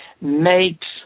makes